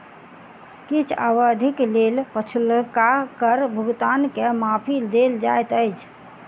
किछ अवधिक लेल पछुलका कर भुगतान के माफी देल जाइत अछि